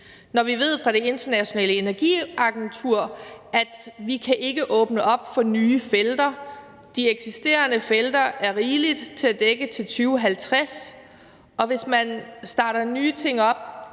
når vi fra Det Internationale Energiagentur ved, at vi ikke kan åbne op for nye felter, at de eksisterende felter er rigeligt til at dække det til 2050, og at vi, hvis vi starter nye ting op,